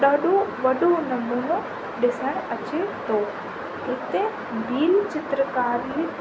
ॾाढो वॾो नमूनो ॾिसणु अचे थो भील चित्रकार